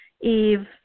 eve